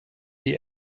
die